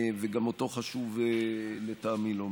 וגם אותו חשוב לטעמי לומר: